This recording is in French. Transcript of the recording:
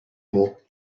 mots